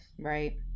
Right